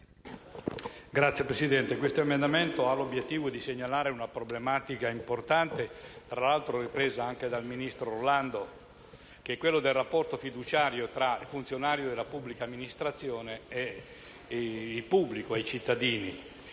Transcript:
Signor Presidente, l'emendamento 1.308 ha l'obiettivo di segnalare una problematica importante, tra l'altro ripresa anche dal ministro Orlando, che è quella del rapporto fiduciario tra i funzionari della pubblica amministrazione e i cittadini.